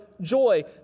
joy